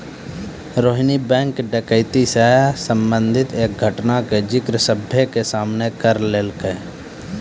Rohini bank डकैती से संबंधित एक घटना के जिक्र सभ्भे के सामने करलकै